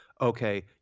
okay